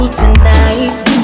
tonight